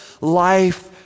life